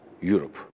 Europe